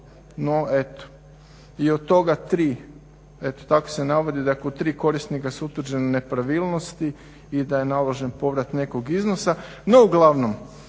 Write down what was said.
no eto. I od toga tri, eto tako se navodi, dakle u tri korisnika su utvrđene nepravilnosti i da je naložen povrat nekog iznosa. No uglavnom,